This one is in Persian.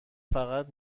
فقط